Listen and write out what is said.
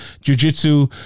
jiu-jitsu